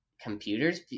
computers